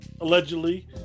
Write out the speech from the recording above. allegedly